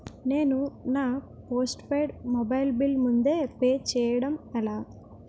నేను నా postpaid mobile bill ముందే పే చేయడం ఎలా?